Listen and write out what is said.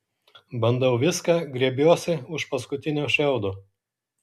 bandau viską grėbiuosi už paskutinio šiaudo